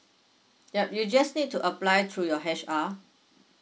yup you just need to apply through your H_R